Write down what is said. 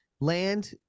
Land